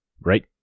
right